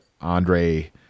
Andre